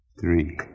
Three